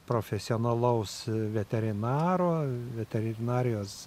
profesionalaus veterinaro veterinarijos